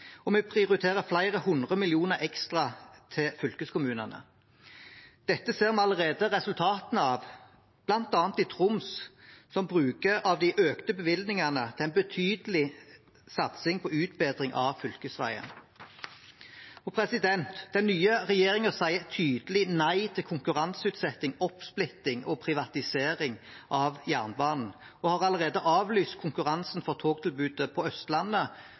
og vi prioriterer flere hundre millioner ekstra til fylkeskommunene. Dette ser vi allerede resultatene av, bl.a. i Troms, som bruker av de økte bevilgningene til en betydelig satsing på utbedring av fylkesveier. Den nye regjeringen sier tydelig nei til konkurranseutsetting, oppsplitting og privatisering av jernbanen og har allerede avlyst konkurransen om togtilbudet på Østlandet